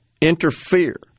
interfere